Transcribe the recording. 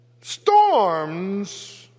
Storms